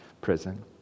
prison